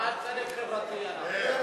להסיר מסדר-היום את הצעת החוק מס ערך מוסף (תיקון,